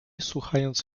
słuchając